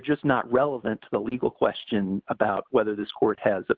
just not relevant to the legal question about whether this court has